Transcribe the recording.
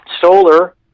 Solar